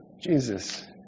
Jesus